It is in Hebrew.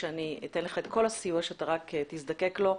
שאני אתן לך כל הסיוע שרק תזדקק לו,